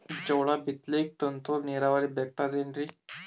ಜೋಳ ಬಿತಲಿಕ ತುಂತುರ ನೀರಾವರಿ ಬೇಕಾಗತದ ಏನ್ರೀ?